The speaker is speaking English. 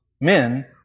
men